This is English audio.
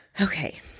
Okay